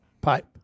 pipe